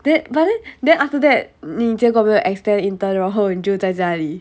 then but then then after that 你结果没有 extend intern 然后你就在家里